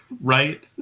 Right